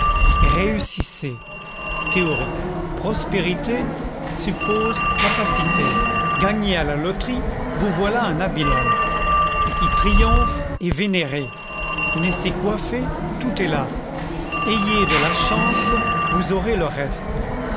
réussissez théorie prospérité suppose capacité gagnez à la loterie vous voilà un habile homme qui triomphe est vénéré naissez coiffé tout est là ayez de la chance vous aurez le reste